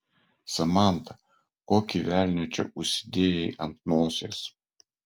samanta kokį velnią čia užsidėjai ant nosies